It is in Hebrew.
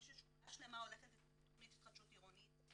ששכונה שלמה הולכת לתכנית התחדשות עירונית,